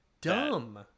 Dumb